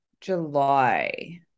July